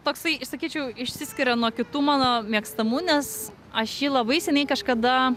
toksai išsakyčiau išsiskiria nuo kitų mano mėgstamų nes aš jį labai seniai kažkada